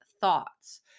thoughts